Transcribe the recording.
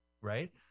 right